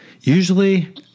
Usually